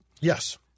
Yes